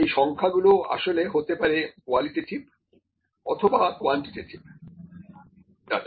এই সংখ্যাগুলো আসলে হতে পারে কোয়ালিটেটিভ অথবা কোয়ান্টিটেটিভ ডাটা